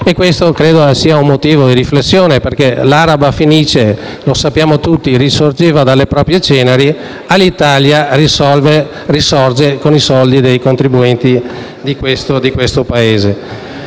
Questo credo che sia un motivo di riflessione, perché per l'araba fenice, come sappiamo tutti, risorgeva dalle proprie ceneri, mentre Alitalia risorge con i soldi dei contribuenti di questo Paese.